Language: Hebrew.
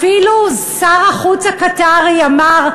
אפילו שר החוץ הקטארי אמר,